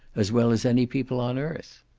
as well as any people on earth.